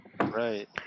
right